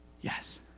yes